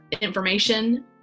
information